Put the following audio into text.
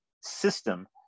system